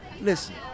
Listen